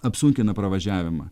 apsunkina pravažiavimą